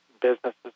businesses